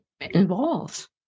involves